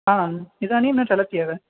आम् इदानीं न चलत्येव